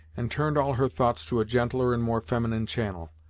and turned all her thoughts to a gentler and more feminine channel.